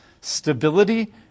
stability